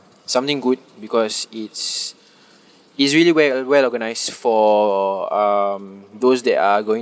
something good because it's it's really well uh well organised for um those that are going